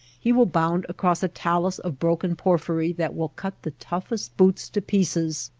he will bound across a talus of broken porphyry that will cut the toughest boots to pieces,